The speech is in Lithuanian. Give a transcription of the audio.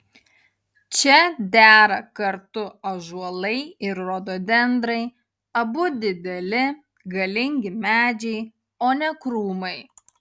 čia dera kartu ąžuolai ir rododendrai abu dideli galingi medžiai o ne krūmai